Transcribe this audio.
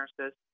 nurses